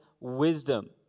wisdom